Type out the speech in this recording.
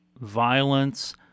violence